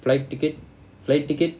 flight ticket flight ticket